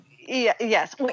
Yes